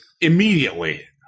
immediately